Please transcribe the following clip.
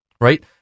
right